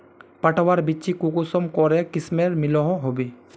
पटवार बिच्ची कुंसम करे किस्मेर मिलोहो होबे?